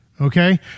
Okay